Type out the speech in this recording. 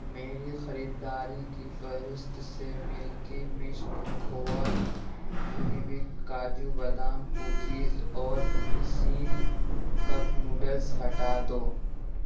میری خریداری کی فہرست سے ملکی مسٹ کھووا یونیبک کاجو بادام کوکیز اور نیسین کپ نوڈلس ہٹا دو